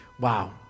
wow